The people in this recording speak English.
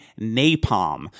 napalm